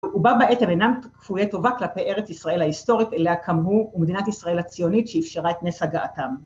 הוא בא בעצם אינם כפויה טובה כלפי ארץ ישראל ההיסטורית, אלא כמהו מדינת ישראל הציונית שאפשרה את נס הגעתם.